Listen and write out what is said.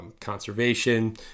conservation